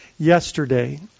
Yesterday